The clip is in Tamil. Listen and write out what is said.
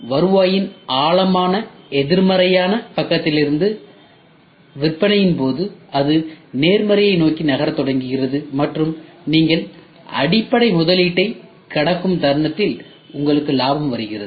எனவே வருவாயின் ஆழமான எதிர்மறையான பக்கத்திலிருந்து விற்பனையின் போது அது நேர்மறையை நோக்கி நகரத் தொடங்குகிறது மற்றும் நீங்கள் அடிப்படை முதலீட்டைக் கடக்கும் தருணத்தில் உங்களுக்கு லாபம் வருகிறது